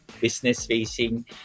business-facing